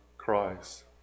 Christ